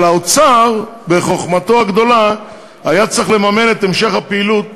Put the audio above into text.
אבל האוצר בחוכמתו הגדולה היה צריך לממן את המשך הפעילות